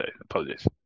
Apologies